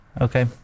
Okay